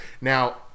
Now